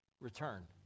return